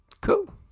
Cool